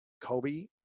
Kobe